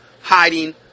hiding